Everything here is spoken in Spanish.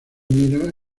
mira